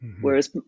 whereas